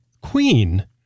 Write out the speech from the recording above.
Queen